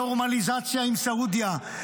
נורמליזציה עם סעודיה,